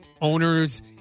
owners